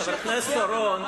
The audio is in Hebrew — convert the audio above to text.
חבר הכנסת אורון,